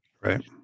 Right